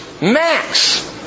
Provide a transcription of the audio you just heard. Max